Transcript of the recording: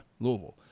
Louisville